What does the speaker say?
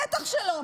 בטח שלא.